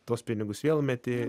tuos pinigus vėl meti